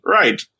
Right